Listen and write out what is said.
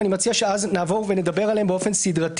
ואני מציע שנעבור ונדבר עליהן באופן סדרתי.